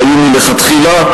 שהיו מלכתחילה,